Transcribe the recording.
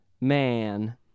man